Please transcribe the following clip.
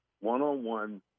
one-on-one